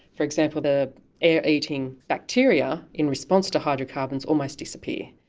for example, the air-eating bacteria in response to hydrocarbons almost disappear.